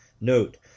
Note